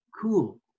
cool